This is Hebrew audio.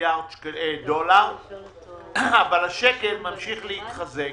מיליארד דולר אבל השקל ממשיך להתחזק